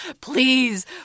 please